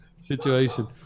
situation